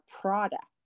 product